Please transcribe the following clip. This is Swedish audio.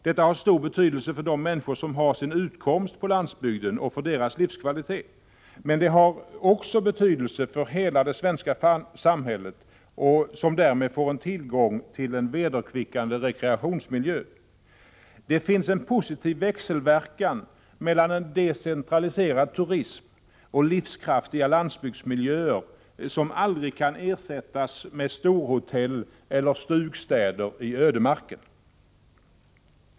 Detta har stor betydelse för de människor som har sin utkomst på landsbygden och för deras livskvalitet, men det har också betydelse för hela det svenska samhället, som därmed får tillgång till en vederkvickande rekreationsmiljö. Det finns en positiv växelverkan mellan en decentraliserad turism och livskraftiga landsbygdsmiljöer som aldrig kan ersättas med storhotell eller stugstäder i ödemarken.